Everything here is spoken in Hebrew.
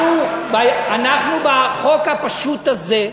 אנחנו, בחוק הפשוט הזה,